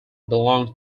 belonged